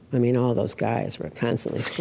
i mean all those guys were constantly